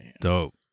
Dope